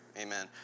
Amen